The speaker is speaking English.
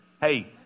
Hey